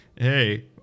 hey